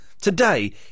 Today